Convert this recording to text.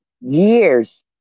years